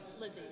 Lizzie